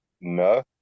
no